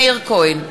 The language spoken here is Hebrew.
מאיר כהן,